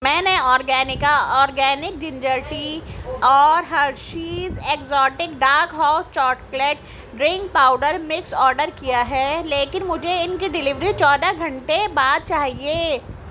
میں نے organic organic ginger tea اور Hershey's exotic dark hot chocolate drink powder mix order کیا ہے لیکن مجھے ان کی ڈیلیوری چودہ گھنٹے بعد چاہیے